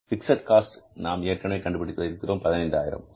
fixed cost நாம் ஏற்கனவே கண்டுபிடித்து வைத்திருக்கிறோம் 15000